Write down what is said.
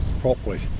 properly